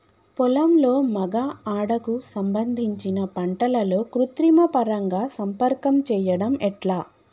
పొలంలో మగ ఆడ కు సంబంధించిన పంటలలో కృత్రిమ పరంగా సంపర్కం చెయ్యడం ఎట్ల?